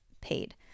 paid